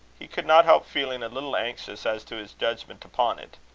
he could not help feeling a little anxious as to his judgment upon it.